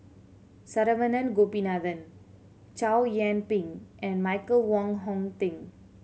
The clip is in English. Saravanan Gopinathan Chow Yian Ping and Michael Wong Hong Teng